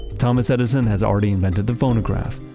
thomas edison has already invented the phonograph,